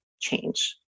Change